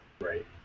Right